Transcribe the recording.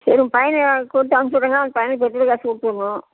சரி உங்க பையனை கூப்பிட்டு அனுப்பிச்சுடுங்க அவனுக்கு பையனுக்கு பெட்ரோல் காசு கொடுத்துவுட்ணும்